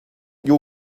you